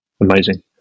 Amazing